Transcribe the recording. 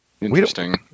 Interesting